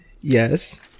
Yes